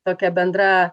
tokia bendra